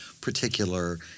particular